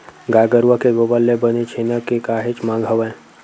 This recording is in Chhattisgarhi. गाय गरुवा के गोबर ले बने छेना के काहेच मांग हवय